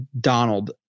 Donald